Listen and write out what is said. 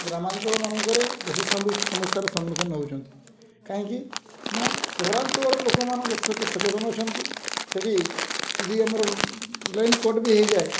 ଗ୍ରାମାଞ୍ଚଳ ମାନଙ୍କରେ ବେଶୀ ସମସ୍ୟାର ସମ୍ମୁଖୀନ ହେଉଛନ୍ତି କାହିଁକି ନା ସହରାଞ୍ଚଳର ଲୋକମାନଙ୍କ ସହିତ ସଚେତନ ଅଛନ୍ତି ସେଠି ଯଦି ଆମର ଲାଇନ୍ କଟ୍ ବି ହେଇଯାଏ